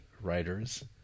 writers